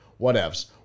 Whatevs